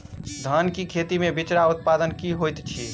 धान केँ खेती मे बिचरा उत्पादन की होइत छी?